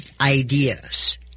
ideas